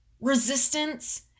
resistance